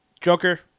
Joker